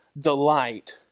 delight